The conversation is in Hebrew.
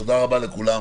תודה רבה לכולם.